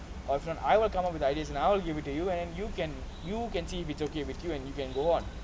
I've done I'll come up with ideas and I'll give it to you and then you can you can see if it's okay with you and you can go on